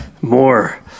more